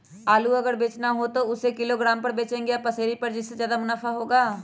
आलू अगर बेचना हो तो हम उससे किलोग्राम पर बचेंगे या पसेरी पर जिससे ज्यादा मुनाफा होगा?